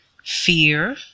fear